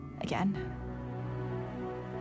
again